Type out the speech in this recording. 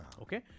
Okay